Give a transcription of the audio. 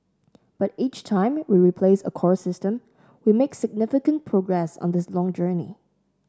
but each time we replace a core system we make significant progress on this long journey